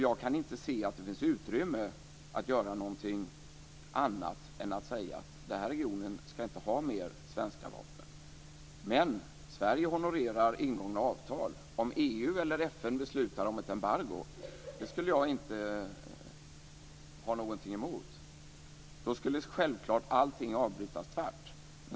Jag kan inte se att det finns utrymme att göra någonting annat än att säga att den här regionen inte skall ha mer svenska vapen. Men Sverige honorerar ingångna avtal. Om EU eller FN beslutar om ett embargo, skulle jag inte ha någonting emot det. Då skulle självklart allting avbrytas tvärt.